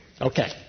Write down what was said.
Okay